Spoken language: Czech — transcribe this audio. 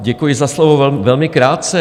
Děkuji za slovo, velmi krátce.